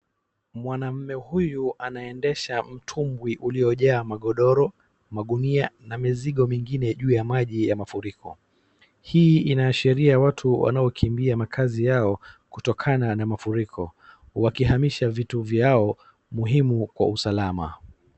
Mwanaume huyu anaendesha mtumbwi uliojaa magodoro, magunia na mizigo mingime juu ya maji ya mafuriko. Hii inashiria watu wanaokimbia makazi yao kutokana na mafuriko, wakihamisha vitu vyao, muhimu kwa usalama.